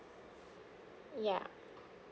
yup